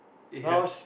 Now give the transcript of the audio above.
ya